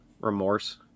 remorse